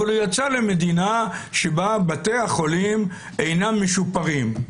אבל הוא יצא למדינה שבה בתי החולים אינם משופרים,